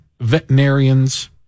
Veterinarian's